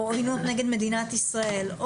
או אלימות נגד מדינת ישראל,